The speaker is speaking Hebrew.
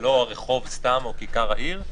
לא הרחוב סתם או כיכר העיר,